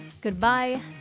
Goodbye